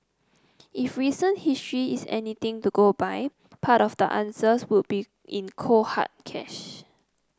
if recent history is anything to go by part of the answers will be in cold hard cash